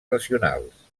racionals